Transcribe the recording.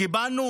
קיבלנו